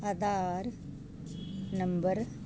Aadhaar number